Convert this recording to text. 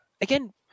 again